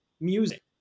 music